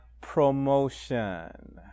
promotion